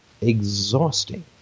exhausting